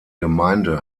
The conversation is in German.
gemeinde